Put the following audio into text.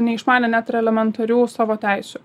neišmanė net ir elementarių savo teisių